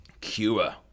Cure